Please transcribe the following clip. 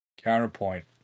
Counterpoint